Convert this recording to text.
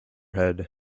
head